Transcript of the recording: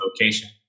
location